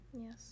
Yes